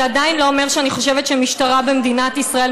זה עדיין לא אומר שאני חושבת שהמשטרה במדינה ישראל,